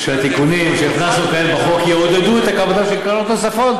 שהתיקונים שהכנסנו כעת בחוק יעודדו הקמתן של קרנות נוספות,